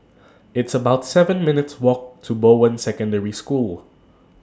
It's about seven minutes' Walk to Bowen Secondary School